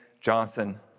Johnson